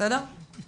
אני